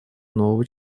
нового